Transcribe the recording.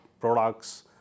Products